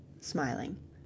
smiling